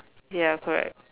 ya correct